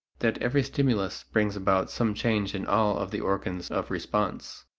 that every stimulus brings about some change in all of the organs of response.